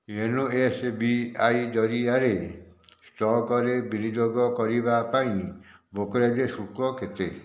YONO S B I ଜରିଆରେ ଷ୍ଟକରେ ବିନିଯୋଗ କରିବା ପାଇଁ ବ୍ରୋକରେଜ ଶୁଳ୍କ କେତେ